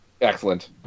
Excellent